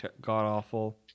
god-awful